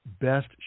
best